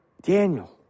Daniel